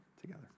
together